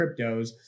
cryptos